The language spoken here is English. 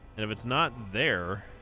and if it's not there